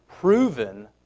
proven